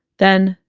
then,